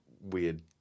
weird